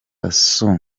assou